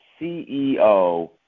CEO